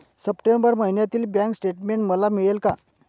September महिन्यातील bank statement मला मिळेल का?